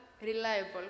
reliable